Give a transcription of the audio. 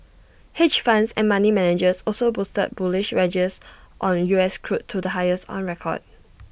hedge funds and money managers also boosted bullish wagers on us crude to the highest on record